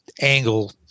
angle